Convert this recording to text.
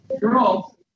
Girls